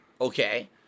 Okay